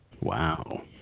Wow